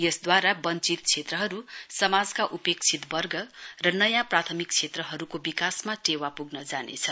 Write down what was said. यसद्वारा वश्वित क्षेत्रहरु समाजका उपेक्षित बर्ग र नयाँ प्राथमिक क्षेत्रहरुको विकासमा टेवा पुग्न जानेछ